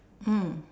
mm